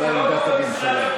הוא מה עמדת הממשלה.